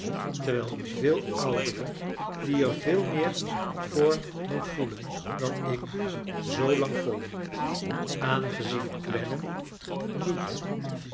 terwijl een veel oudere die er veel meer voor moet voelen dan ik zoo lang volhield aangezien clennam niet